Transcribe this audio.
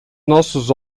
nossos